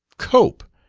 cope,